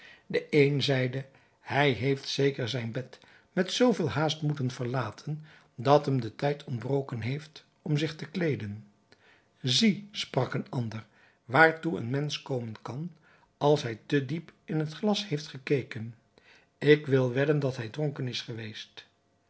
de een zeide hij heeft zeker zijn bed met zoo veel haast moeten verlaten dat hem de tijd ontbroken heeft om zich te kleeden zie sprak een ander waartoe een mensch komen kan als hij te diep in het glas heeft gekeken ik wil wedden dat hij dronken is geweest